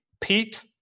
Pete